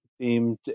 themed